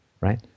Right